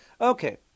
Okay